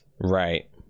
Right